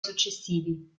successivi